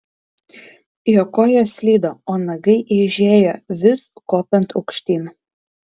jo kojos slydo o nagai eižėjo vis kopiant aukštyn